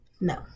No